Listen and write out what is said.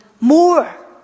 more